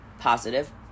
positive